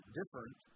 different